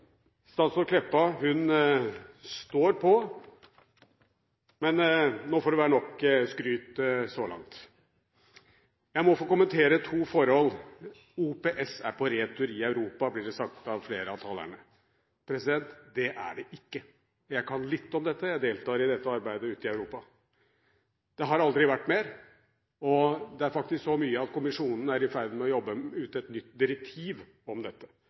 Statsråd Meltveit Kleppa står på. – Men nå får det være nok skryt så langt. Jeg må få kommentere to forhold: OPS er på retur i Europa, blir det sagt av flere av talerne. Det er det ikke! Jeg kan litt om dette. Jeg deltar i dette arbeidet ute i Europa. Det har aldri vært mer, og det er faktisk så mye at kommisjonen er i ferd med å jobbe ut et nytt direktiv om dette.